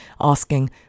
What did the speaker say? asking